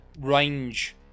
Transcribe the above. range